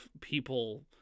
people